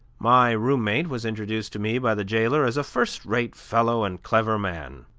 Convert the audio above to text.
my room-mate was introduced to me by the jailer as a first-rate fellow and clever man.